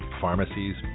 pharmacies